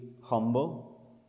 humble